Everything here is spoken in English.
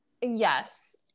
Yes